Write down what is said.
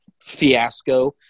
fiasco